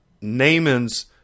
Naaman's